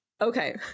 Okay